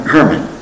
Herman